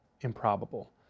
improbable